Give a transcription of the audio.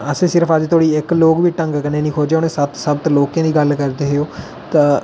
असें सिर्फ अजें धोड़ी इक लोक बी ढंगै कन्नै खोजेआ उ'नें सत्त सत्त लोकें दी गल्ल करदे हे ओह् ता